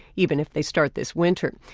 even if they start this winter.